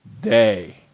day